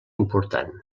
important